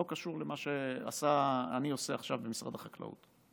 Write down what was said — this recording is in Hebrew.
זה לא קשור למה שאני עושה עכשיו במשרד החקלאות.